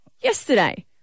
yesterday –